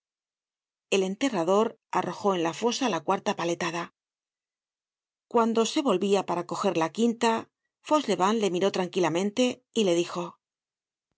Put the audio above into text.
el enterrador arrojó en la fosa la cuarta paletada cuando se volvía para coger la quinta fauchelevent le miró tranquilamente y le dijo a